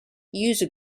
user